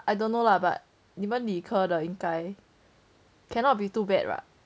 I don't know lah but 你们理科的应该 cannot be too bad [what]